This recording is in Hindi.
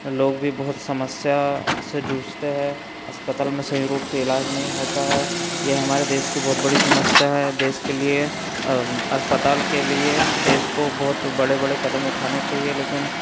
लोग भी बहुत समस्या से जूझते हैं अस्पताल में सही रूप से इलाज नहीं होता है यह हमारे देश की बहुत बड़ी समस्या है देश के लिए अस्पताल के लिए देश को बहुत बड़े बड़े कदम उठाने चाहिए लेकिन